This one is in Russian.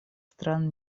стран